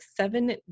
seven